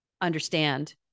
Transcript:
understand